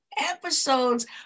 episodes